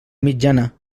mitjana